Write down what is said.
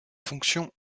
fonctions